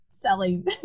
selling